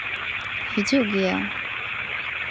ᱦᱤᱡᱩᱜ ᱜᱮᱭᱟ